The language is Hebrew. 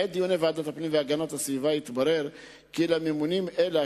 בעת דיוני ועדת הפנים והגנת הסביבה התברר כי לממונים אלה,